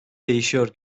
değişiyor